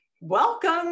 welcome